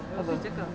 apa